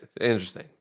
interesting